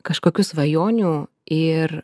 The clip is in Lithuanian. kažkokių svajonių ir